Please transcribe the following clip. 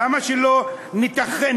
למה שלא נתחם,